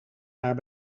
naar